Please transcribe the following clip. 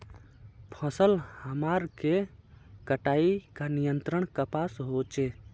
फसल हमार के कटाई का नियंत्रण कपास होचे?